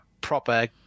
proper